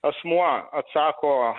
asmuo atsako